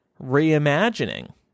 reimagining